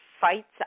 fights